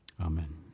Amen